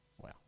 Wow